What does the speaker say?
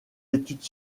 études